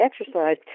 exercise